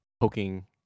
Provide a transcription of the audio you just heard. poking